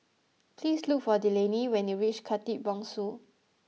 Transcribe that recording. please look for Delaney when you reach Khatib Bongsu